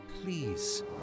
please